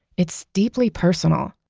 it's deeply personal.